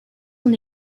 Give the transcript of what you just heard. son